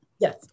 Yes